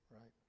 right